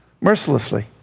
mercilessly